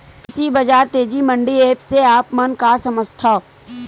कृषि बजार तेजी मंडी एप्प से आप मन का समझथव?